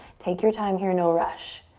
take your time here, no rush.